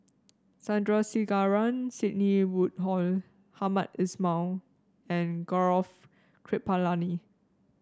Sandrasegaran Sidney Woodhull Hamed Ismail and Gaurav Kripalani